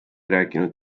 rääkinud